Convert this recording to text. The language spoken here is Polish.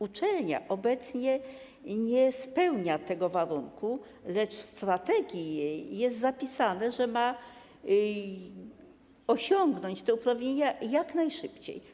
Uczelnia obecnie nie spełnia tego warunku, lecz w strategii jej jest zapisane, że ma osiągnąć te uprawnienia jak najszybciej.